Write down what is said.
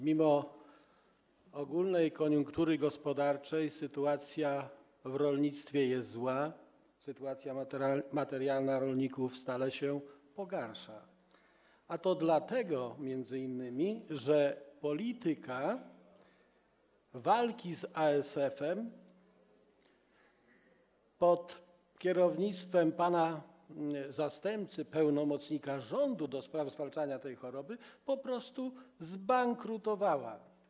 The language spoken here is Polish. Mimo ogólnej koniunktury gospodarczej sytuacja w rolnictwie jest zła, sytuacja materialna rolników stale się pogarsza, a to m.in. dlatego, że polityka walki z ASF-em pod kierownictwem pana zastępcy, pełnomocnika rządu do spraw zwalczania tej choroby po prostu zbankrutowała.